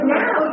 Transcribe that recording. now